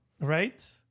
right